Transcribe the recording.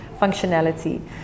Functionality